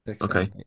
Okay